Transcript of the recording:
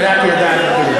קלעתי לדעת גדולים.